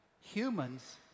Humans